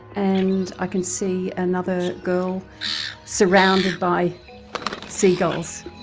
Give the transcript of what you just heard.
and i can see another girl surrounded by seagulls.